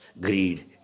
greed